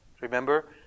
Remember